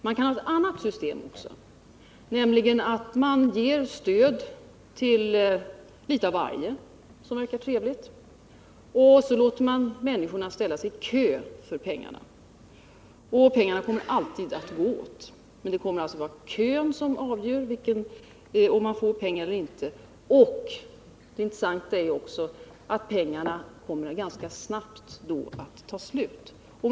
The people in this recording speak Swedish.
Man kan ha ett annat system också, nämligen att man ger stöd till litet av varje som verkar trevligt och låter människorna ställa sig i kö för att få pengarna. Dessa pengar kommer alltid att gå åt. Men det kommer alltså att vara kön som avgör, om man får pengar. Det intressanta är då också att pengarna kommer att ta slut ganska snart.